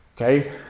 okay